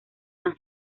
san